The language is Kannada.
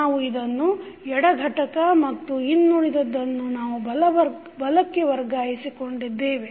ನಾವು ಇದನ್ನು ಎಡ ಘಟಕ ಮತ್ತು ಇನ್ನುಳಿದದ್ದನ್ನು ನಾವು ಬಲಕ್ಕೆ ವರ್ಗಾಯಿಸಿ ಕೊಂಡಿದ್ದೇವೆ